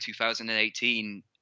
2018